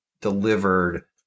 delivered